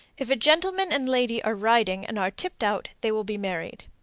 if a gentleman and lady are riding and are tipped out, they will be married.